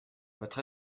votre